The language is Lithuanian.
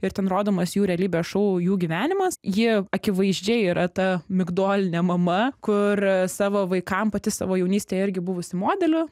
ir ten rodomas jų realybės šou jų gyvenimas ji akivaizdžiai yra ta migdolinė mama kur savo vaikam pati savo jaunystėje irgi buvusi modeliu